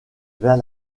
vers